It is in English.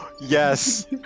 Yes